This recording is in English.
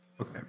Okay